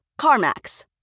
CarMax